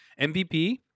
MVP